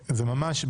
להתייחס.